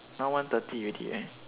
now one thirty already right